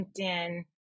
LinkedIn